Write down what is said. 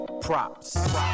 Props